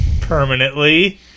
permanently